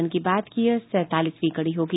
मन की बात की यह सैंतालीसवीं कड़ी होगी